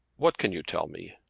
what can you tell me?